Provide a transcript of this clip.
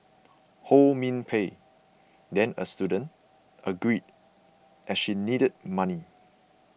Ho Min Pei then a student agreed as she needed money